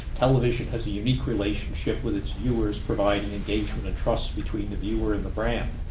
television has a unique relationship with its viewers, providing engagement and trust between the viewer and the brand.